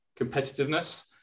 competitiveness